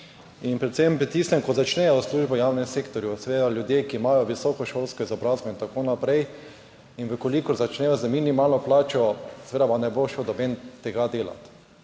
v tistem, ko začnejo službo v javnem sektorju seveda ljudje, ki imajo visokošolsko izobrazbo in tako naprej in v kolikor začnejo z minimalno plačo, seveda pa ne bo šel noben tega delati.